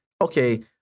Okay